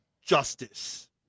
justice